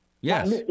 Yes